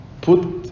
put